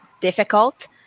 difficult